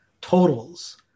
totals